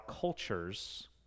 culture's